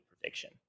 prediction